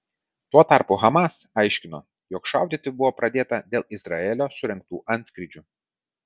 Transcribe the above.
tuo tarpu hamas aiškino jog šaudyti buvo pradėta dėl izraelio surengtų antskrydžių